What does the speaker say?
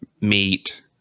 meat